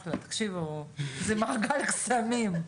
אחלה, תקשיבו, זה מעגל קסמים.